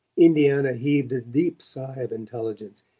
indiana heaved a deep sigh of intelligence.